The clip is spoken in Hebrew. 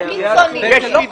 קיצונית.